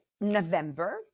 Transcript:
November